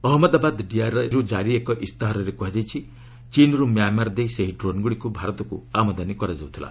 ଅହମ୍ମଦାବାଦ ଡିଆର୍ଆଇରୁ କାରି ଏକ ଇସ୍ତାହାରରେ କୁହାଯାଇଛି ଚୀନ୍ରୁ ମ୍ୟାମାର ଦେଇ ସେହି ଡ୍ରୋନ୍ଗୁଡ଼ିକୁ ଭାରତକୁ ଆମଦାନୀ କରାଯାଉଥିଲା